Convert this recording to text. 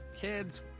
Kids